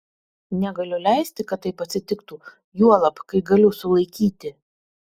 negaliu leisti kad taip atsitiktų juolab kai galiu sulaikyti